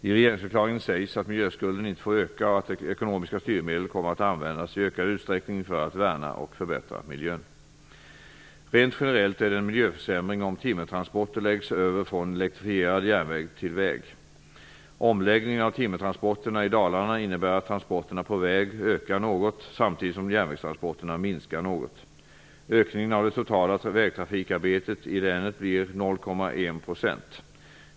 I regeringsförklaringen sägs att miljöskulden inte får öka och att ekonomiska styrmedel kommer att användas i ökad utsträckning för att värna och förbättra miljön. Rent generellt är det en miljöförsämring om timmertransporter läggs över från elektrifierad järnväg till väg. Omläggningen av timmertransporterna i Dalarna innebär att transporterna på väg ökar något, samtidigt som järnvägstransporterna minskar något. Ökningen av det totala vägtrafikarbetet i länet blir 0,1 %.